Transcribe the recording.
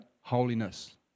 holiness